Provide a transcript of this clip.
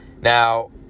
Now